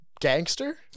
gangster